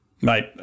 Mate